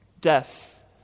Death